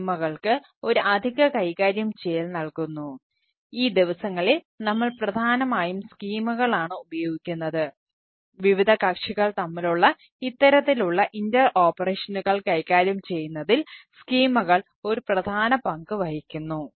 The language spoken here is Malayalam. സ്കീമ ഒരു പ്രധാന പങ്ക് വഹിക്കുന്നു